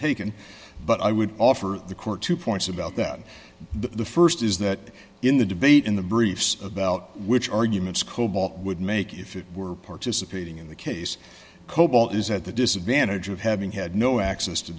taken but i would offer the court two points about that the st is that in the debate in the briefs about which arguments cobol would make if it were participating in the case cobol is at the disadvantage of having had no access to